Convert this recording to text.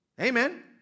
Amen